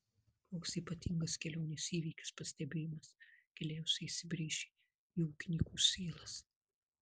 koks ypatingas kelionės įvykis pastebėjimas giliausiai įsibrėžė į ūkininkų sielas